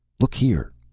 look here!